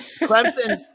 Clemson